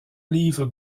livre